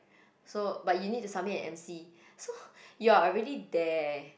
so but you need to submit an m_c so you're already there